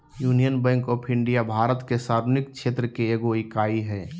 union Bank of India Bharat के सार्वजनिक क्षेत्र के एगो इकाई हइ